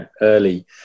early